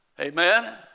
Amen